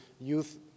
youth